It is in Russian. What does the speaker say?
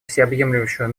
всеобъемлющего